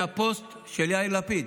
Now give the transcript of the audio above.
מהפוסט של יאיר לפיד,